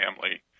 family